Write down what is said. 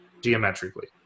geometrically